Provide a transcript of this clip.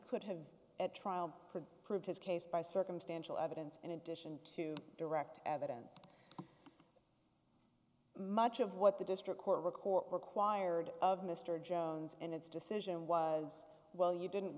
could have at trial prove his case by circumstantial evidence in addition to direct evidence much of what the district court record required of mr jones and its decision was well you didn't